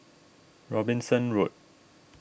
Robinson Road